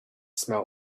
smell